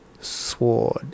sword